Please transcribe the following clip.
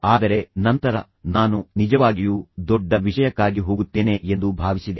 ಆದರೆ ನಂತರ ನಾನು ನಿಜವಾಗಿಯೂ ದೊಡ್ಡ ವಿಷಯಕ್ಕಾಗಿ ಹೋಗುತ್ತೇನೆ ಎಂದು ಭಾವಿಸಿದೆ